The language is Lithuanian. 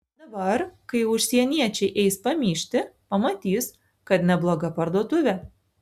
dabar kai užsieniečiai eis pamyžti pamatys kad nebloga parduotuvė